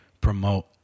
promote